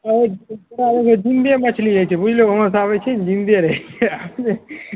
जिन्दे मछली होइ छै बुझलहो वहाँसे आबै छै जिन्दे रहै छै